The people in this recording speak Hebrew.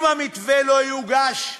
אם המתווה לא יוגש,